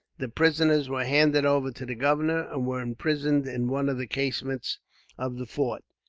the prisoners were handed over to the governor, and were imprisoned in one of the casemates of the fort.